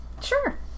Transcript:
Sure